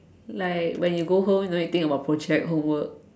like when you go home don't need think about project homework